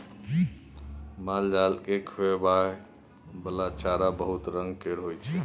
मालजाल केँ खुआबइ बला चारा बहुत रंग केर होइ छै